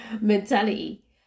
mentality